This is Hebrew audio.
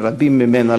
שרבים ממנה,